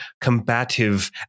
combative